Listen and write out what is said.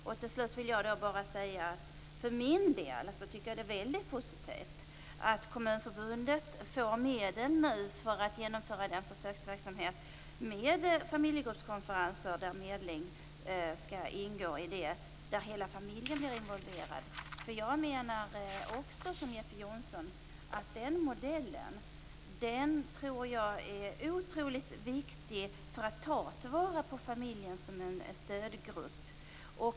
Slutligen vill jag säga att jag för min del tycker att det är väldigt positivt att Kommunförbundet nu får medel för att genomföra den försöksverksamhet med familjegruppskonferenser där medling skall ingå och hela familjen blir involverad. Jag menar också som Jeppe Johnsson att den modellen är otroligt viktig för att ta till vara familjen en stödgrupp.